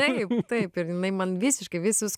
taip taip ir jinai man visiškai visus